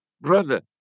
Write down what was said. Brother